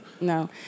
No